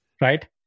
Right